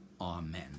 Amen